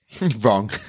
wrong